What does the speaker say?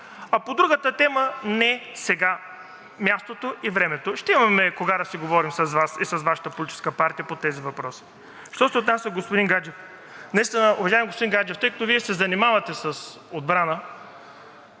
А по другата тема, не е сега мястото и времето. Ще имаме кога да си говорим с Вас и с Вашата политическа партия по тези въпроси. Що се отнася, господин Гаджев, наистина, уважаеми господин Гаджев, тъй като Вие се занимавате с отбрана,